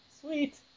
Sweet